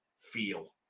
feel